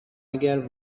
اگر